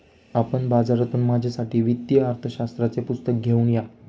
आपण बाजारातून माझ्यासाठी वित्तीय अर्थशास्त्राचे पुस्तक घेऊन या